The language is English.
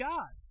God